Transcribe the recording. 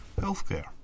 Healthcare